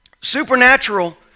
supernatural